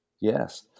Yes